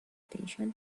station